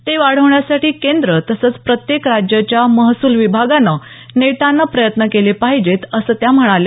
ते वाढवण्यासाठी केंद्र तसंच प्रत्येक राज्याच्या महसूल विभागानं नेटानं प्रयत्न केले पाहिजेत असं त्या म्हणाल्या